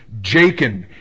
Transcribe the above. Jacob